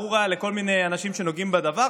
ברור היה לכל מיני אנשים שנוגעים בדבר,